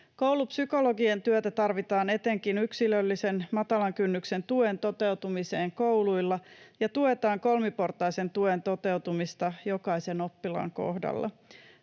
Koulupsykologien työtä tarvitaan etenkin yksilöllisen matalan kynnyksen tuen toteutumiseen kouluilla ja tukemaan kolmiportaisen tuen toteutumista jokaisen oppilaan kohdalla.